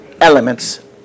elements